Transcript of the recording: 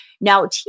Now